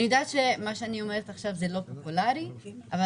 אני יודעת שמה שאני אומרת זה לא פופולרי אבל